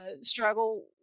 struggle